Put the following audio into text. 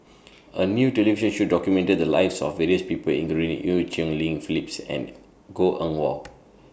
A New television Show documented The Lives of various People including EU Cheng Li Phyllis and Goh Eng Wah